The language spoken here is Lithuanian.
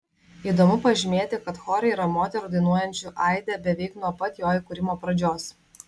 įdomu pažymėti kad chore yra moterų dainuojančių aide beveik nuo pat jo įkūrimo pradžios